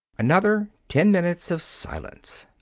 another ten minutes of silence.